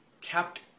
kept